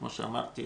כמו שאמרתי,